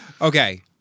Okay